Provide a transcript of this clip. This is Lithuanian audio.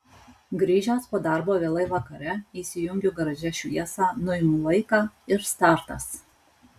grįžęs po darbo vėlai vakare įsijungiu garaže šviesą nuimu laiką ir startas